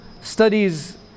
studies